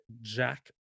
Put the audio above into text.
Jack